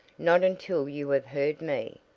not until you have heard me,